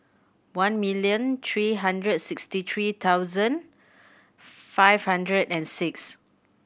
one million three hundred sixty three thousand five hundred and six